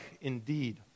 indeed